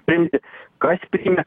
priimti kas priėmė